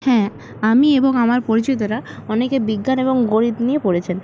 হ্যাঁ আমি এবং আমার পরিচিতরা অনেকে বিজ্ঞান এবং গণিত নিয়ে পড়েছেন